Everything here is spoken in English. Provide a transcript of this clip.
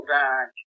back